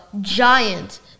giant